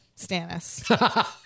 Stannis